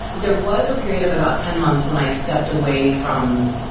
there was a period of about ten months when i stepped away from.